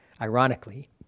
ironically